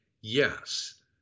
yes